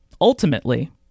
Ultimately